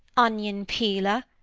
onion-peeler,